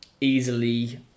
easily